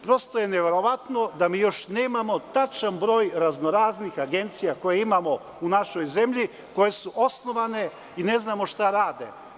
Prosto je neverovatno da mi još nemamo tačan broj raznoraznih agencija koje imamo u našoj zemlji koje su osnovane i ne znamo šta rade.